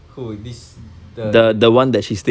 who this the the